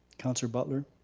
councilor butler?